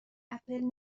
اپل